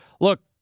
look